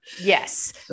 Yes